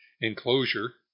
enclosure